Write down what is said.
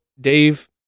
Dave